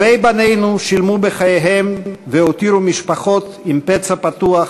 טובי בנינו שילמו בחייהם והותירו משפחות עם פצע פתוח